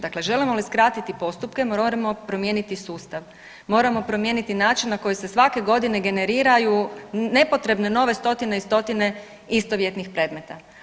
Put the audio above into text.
Dakle, želimo li skratiti postupke mi moramo promijeniti sustav, moramo promijeniti način na koji se svake godine generiraju nepotrebne nove stotine i stotine istovjetnih predmeta.